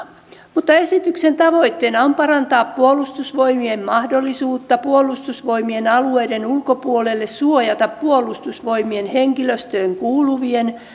lukemaan esityksen tavoitteena on parantaa puolustusvoimien mahdollisuutta puolustusvoimien alueiden ulkopuolella suojata puolustusvoimien henkilöstöön kuuluvien